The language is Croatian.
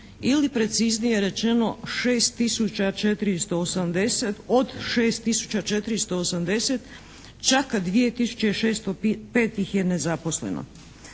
ili preciznije rečeno od 6 tisuća 480 čak 2 tisuće 605 ih je nezaposleno.